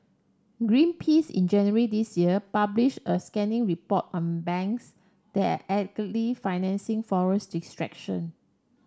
Greenpeace in January this year published a scathing report on banks there financing forest destruction